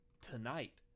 tonight